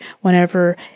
whenever